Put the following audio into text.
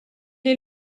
est